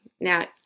Now